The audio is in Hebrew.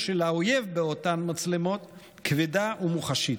של האויב באותן מצלמות כבדה ומוחשית,